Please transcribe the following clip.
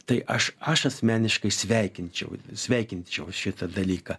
tai aš aš asmeniškai sveikinčiau sveikinčiau šitą dalyką